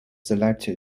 selected